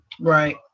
right